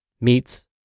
meats